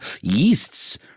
yeasts